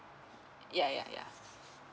ya ya ya